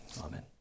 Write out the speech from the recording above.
Amen